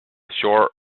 short